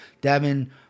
Devin